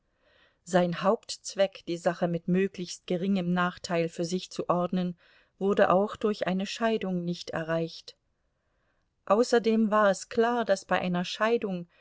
sein hauptzweck die sache mit möglichst geringem nachteil für sich zu ordnen wurde auch durch eine scheidung nicht erreicht außerdem war es klar daß bei einer scheidung